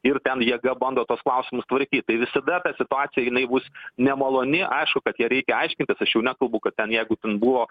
ir ten jėga bando tuos klausimus tvarkyt visada apie situaciją jinai bus nemaloni aišku kad ją reikia aiškintis aš jau nekalbu kad ten jeigu ten buvo